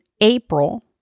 April